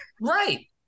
Right